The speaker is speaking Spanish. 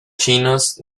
chinos